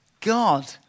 God